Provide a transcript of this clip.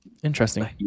Interesting